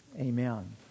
amen